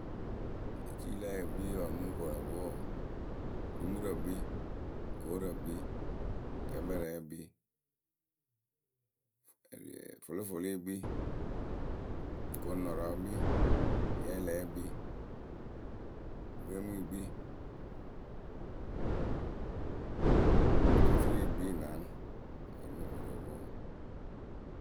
Ecii lǝ yǝǝ yǝ kpii ŋ́ nóo koru opwo wǝǝ dumurǝ gbii goorǝ gbii. tɛkpɛrɛɛ kpii, fʊlɩfʊlɩyǝ kpii koŋnɔrɔŋyǝ kpii yɛlɛɛyǝ kpii kpemiyǝ kpii. oturuyǝ yɨ kpii yɨ naanɨ wǝ npo koru opwo wǝǝ.